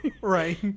Right